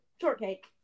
shortcake